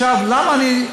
למה אני,